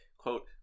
Quote